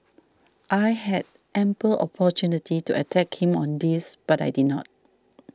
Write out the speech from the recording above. I had ample opportunity to attack him on this but I did not